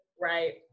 Right